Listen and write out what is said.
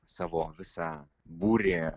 savo visą būrį